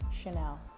Chanel